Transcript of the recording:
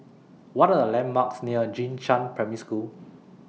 What Are The landmarks near Jing Shan Primary School